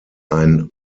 ein